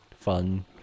fun